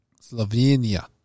Slovenia